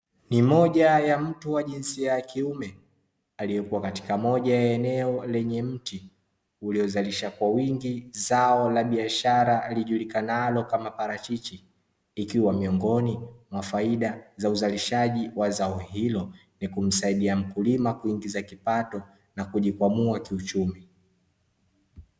Ni moja ya mtu wa jinsia ya kiume aliyekuwa katika moja ya eneo lenye mti uliozalisha kwa wingi zao la biashara lijulikanalo kama parachichi, ikiwa miongoni mwa faida za uzalishaji wa zao hilo ni kumsaidia mkulima kuingiza kipato na kujikwamua kiuchumi.